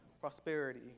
prosperity